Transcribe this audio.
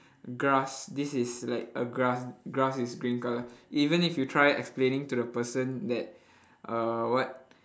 grass this is like a grass grass is green colour even if you try explaining to the person that uh what